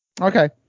Okay